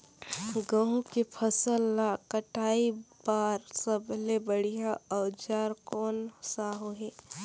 गहूं के फसल ला कटाई बार सबले बढ़िया औजार कोन सा होही?